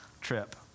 trip